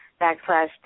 backslash